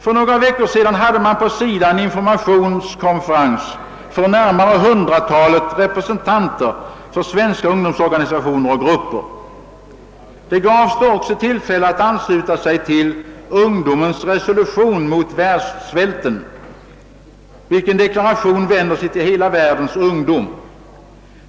För några veckor sedan hade man på SIDA en informationskonferens med närmare hundratalet representanter för svenska = ungdomsorganisationer och grupper. Det gavs då också tillfälle att ansluta sig till Ungdomens resolution mot världssvälten, vilken deklaration vänder sig till hela världens ungdom.